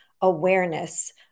awareness